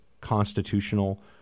constitutional